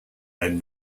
and